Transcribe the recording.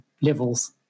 levels